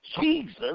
Jesus